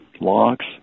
locks